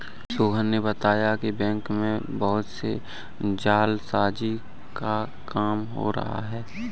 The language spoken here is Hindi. सोहन ने बताया कि बैंक में बहुत से जालसाजी का काम हो रहा है